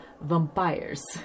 Vampires